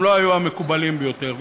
הם לא היו המקובלים ביותר,